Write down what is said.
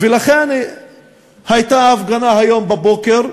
ולכן הייתה הפגנה היום בבוקר,